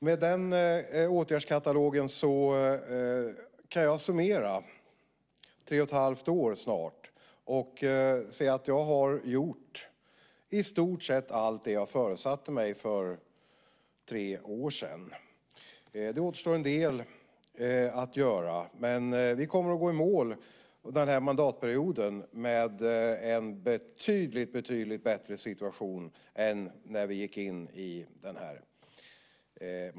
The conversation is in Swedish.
Med den åtgärdskatalogen kan jag summera snart tre och ett halvt år och säga att jag gjort i stort sett allt det som jag föresatte mig för tre år sedan. Det återstår att göra en del, men vi kommer att gå i mål den här mandatperioden med en betydligt bättre situation än när vi gick in i den.